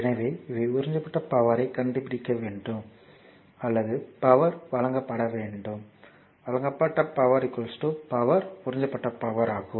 எனவே இவை உறிஞ்சப்பட்ட பவர்யைக் கண்டுபிடிக்க வேண்டும் அல்லது பவர் வழங்கப்பட வேண்டும் வழங்கப்பட்ட பவர் பவர் உறிஞ்சப்பட வேண்டும்